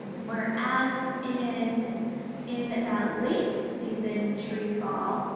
whereas in in that late season tree fall,